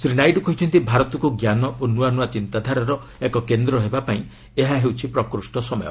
ଶ୍ରୀ ନାଇଡୁ କହିଛନ୍ତି ଭାରତକୁ ଜ୍ଞାନ ଓ ନୂଆ ନୂଆ ଚିନ୍ତାଧାରାର ଏକ କେନ୍ଦ୍ର ହେବା ପାଇଁ ଏହା ହେଉଛି ପ୍ରକୃଷ୍ଣ ସମୟ